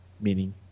Meaning